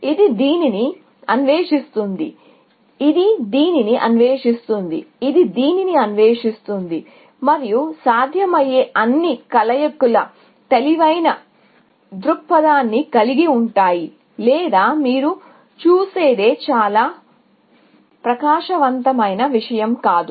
కాబట్టి ఇది దీనిని అన్వేషిస్తుంది ఇది దీనిని అన్వేషిస్తుంది ఇది దీనిని అన్వేషిస్తుంది మరియు సాధ్యమయ్యే అన్ని కలయికలు తెలివైన దృక్పథాన్ని కలిగి ఉంటాయి లేదా మీరు చూసేది చాలా ప్రకాశవంతమైన విషయం కాదు